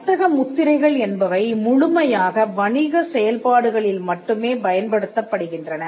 வர்த்தக முத்திரைகள் என்பவை முழுமையாக வணிக செயல்பாடுகளில் மட்டுமே பயன்படுத்தப்படுகின்றன